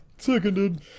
Seconded